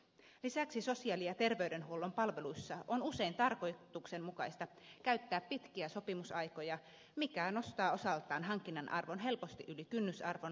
lisäksi sosiaali ja terveydenhuollon palveluissa on usein tarkoituksenmukaista käyttää pitkiä sopimusaikoja mikä nostaa osaltaan hankinnan arvon helposti yli kynnysarvon